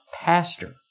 pastor